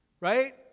Right